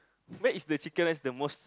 that is the chicken rice the most